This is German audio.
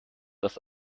das